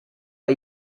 bei